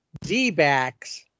D-backs